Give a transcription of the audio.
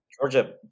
Georgia